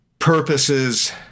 Purposes